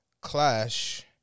Clash